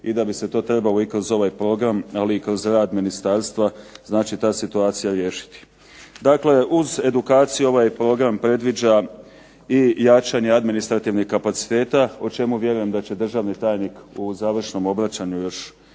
i da bi se to trebalo kroz ovaj program, ali i kroz rad ministarstva ta situacija riješiti. Dakle, uz edukaciju ovaj program predviđa i jačanje administrativnih kapaciteta o čemu vjerujem da će državni tajnik u završnom obraćanju još